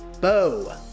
Bo